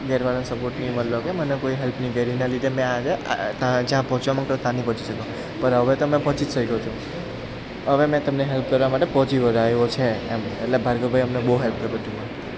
ઘરવાળાનો support ન મળ્યો કે મને કોઈ એ હેલ્પ નહીં કરી એના લીધી મેં આજે ત્યાં જ્યાં પહોંચવા માગતો ત્યાં નહીં પહોંચી શકયો પણ હવે તમે પહોંચી જ શકો જ છો હવે મેં તમને હેલ્પ કરવા માટે પહોંચી વળાય એવો છે એમ એટલે ભાર્ગવભાઈ અમને બહુ હેલ્પ કરે બધી